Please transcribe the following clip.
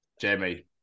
Jamie